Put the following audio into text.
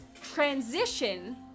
transition